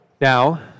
Now